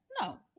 no